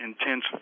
intense